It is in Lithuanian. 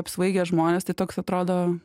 apsvaigę žmonės tai toks atrodo